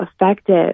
effective